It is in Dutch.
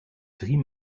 drie